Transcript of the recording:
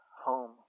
home